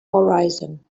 horizon